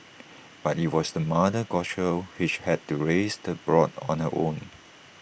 but IT was the mother goshawk which had to raise the brood on her own